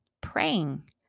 praying